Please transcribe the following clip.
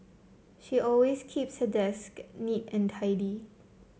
she always keeps her desk neat and tidy